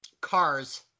Cars